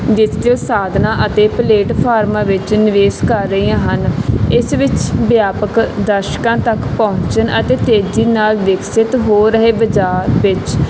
digital ਸਾਧਨਾ ਅਤੇ platform ਵਿੱਚ ਨਿਵੇਸ਼ ਕਰ ਰਹੀਆਂ ਹਨ ਇਸ ਵਿੱਚ ਵਿਆਪਕ ਦਰਸ਼ਕਾਂ ਤੱਕ ਪਹੁੰਚਣ ਅਤੇ ਤੇਜ਼ੀ ਨਾਲ ਵਿਕਸਿਤ ਹੋ ਰਹੇ ਬਾਜ਼ਾਰ ਵਿੱਚ